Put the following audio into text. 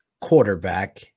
quarterback